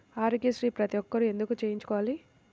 ఆరోగ్యశ్రీ ప్రతి ఒక్కరూ ఎందుకు చేయించుకోవాలి?